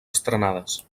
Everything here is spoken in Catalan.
estrenades